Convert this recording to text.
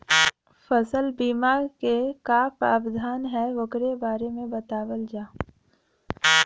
फसल बीमा क का प्रावधान हैं वोकरे बारे में बतावल जा?